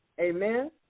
Amen